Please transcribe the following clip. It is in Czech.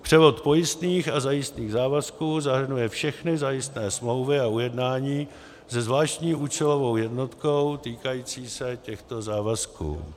c) převod pojistných a zajistných závazků zahrnuje všechny zajistné smlouvy a ujednání se zvláštní účelovou jednotkou týkající se těchto závazků;